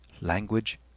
language